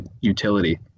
utility